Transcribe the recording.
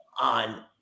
on